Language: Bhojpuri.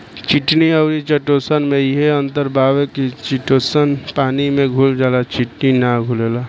चिटिन अउरी चिटोसन में इहे अंतर बावे की चिटोसन पानी में घुल जाला चिटिन ना घुलेला